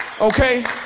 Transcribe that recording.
Okay